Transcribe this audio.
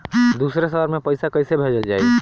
दूसरे शहर में पइसा कईसे भेजल जयी?